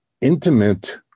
intimate